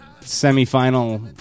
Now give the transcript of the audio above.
semi-final